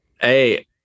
Hey